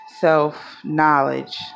self-knowledge